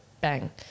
bang